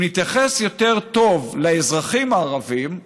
אם נתייחס יותר טוב לאזרחים הערבים,